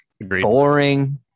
boring